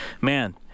Man